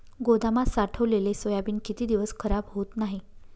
गोदामात साठवलेले सोयाबीन किती दिवस खराब होत नाही?